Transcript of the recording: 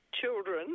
children